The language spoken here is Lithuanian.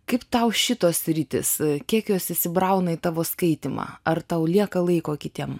kaip tau šitos sritys kiek jos įsibrauna į tavo skaitymą ar tau lieka laiko kitiem